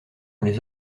les